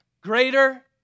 greater